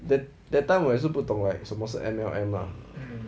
that that time 我也是不懂 like 什么是 M_L_M lah